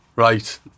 Right